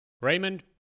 Raymond